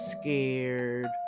scared